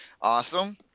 Awesome